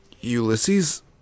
Ulysses